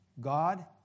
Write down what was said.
God